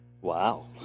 Wow